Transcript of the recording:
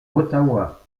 ottawa